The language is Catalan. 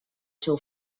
seu